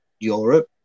Europe